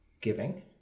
giving